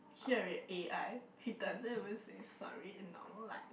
hear it a_i he doesn't even say sorry in normal life